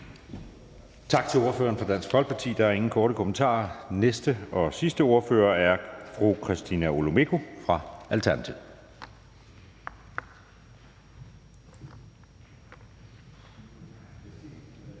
Tak til ordføreren for Dansk Folkeparti. Der er ingen korte bemærkninger. Den næste og sidste ordfører er fru Christina Olumeko fra Alternativet.